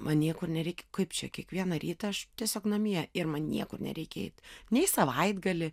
man niekur nereikia kaip čia kiekvieną rytą aš tiesiog namie ir man niekur nereikia eit nei savaitgalį